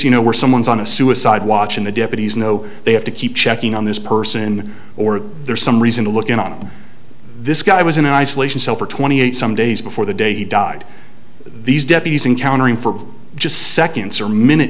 you know where someone's on a suicide watch in the deputies no they have to keep checking on this person or there's some reason to look in on this guy was in isolation cell for twenty eight some days before the day he died these deputies encounter him for just seconds or minutes